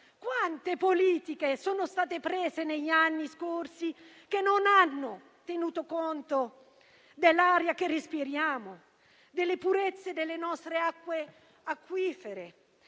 Quante politiche sono state adottate negli anni scorsi che non hanno tenuto conto dell'aria che respiriamo e delle purezze delle nostre falde acquifere?